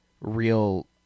real